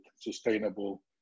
sustainable